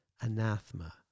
anathema